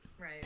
right